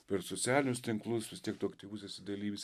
per socialinius tinklus vis tiek tu aktyvus esi dalyvis